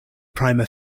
prima